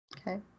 Okay